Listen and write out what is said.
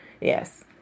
Yes